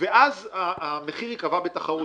ואז המחיר ייקבע בתחרות.